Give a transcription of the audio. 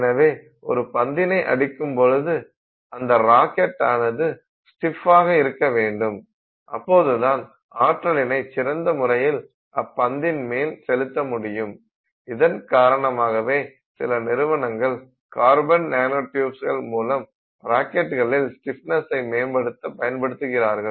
எனவே ஒரு பந்தினை அடிக்கும்பொழுது அந்த ராக்கெட் ஆனது ஸ்டிஃப்பாக இருக்க வேண்டும் அப்போதுதான் ஆற்றலினை சிறந்த முறையில் அப்பந்தின் மேல் செலுத்த முடியும் இதன் காரணமாகவே சில நிறுவனங்கள் கார்பன் நானோ டியூப்கள் மூலம் ராக்கெட்டுகளில் ஸ்டிஃப்னஸ்யை மேம்படுத்த பயன்படுத்துகிறார்கள்